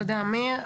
תודה אמיר.